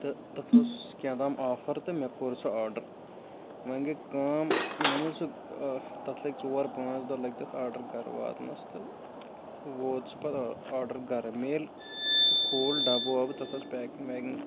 تہٕ تَتھ اوس کیٛاہ تام آفَر تہٕ مےٚ کوٚر سُہ آڈَر وۄنۍ گٔے کٲم وۄنۍ ییٚلہِ سُہ تَتھ لٔگۍ ژور پانٛژھ دۄہ لٔگۍ تَتھ آڈَر گَرٕ واتنَس تہٕ ووت سُہ پَتہٕ آ آڈَر گَرٕ مےٚ ییٚلہِ سُہ کھوٗل ڈَبہٕ وَبہٕ تَتھ ٲس پیکِنٛگ ویکِنٛگ